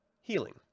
Healing